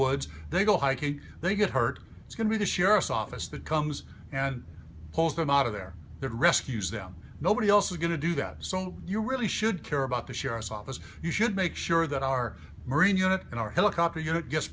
woods they go hiking they get hurt it's going to the sheriff's office that comes and pulls them out of there that rescues them nobody also going to do that so you really should care about the sheriff's office you should make sure that our marine unit in our helicopter